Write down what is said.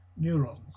neurons